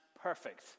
perfect